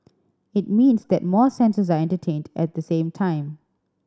it means that more senses are entertained at the same time